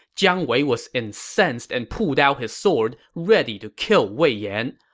jiang wei was incensed and pulled out his sword, ready to kill wei yan.